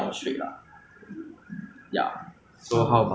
because like you know you ever eat buffet until you very full